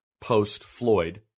post-Floyd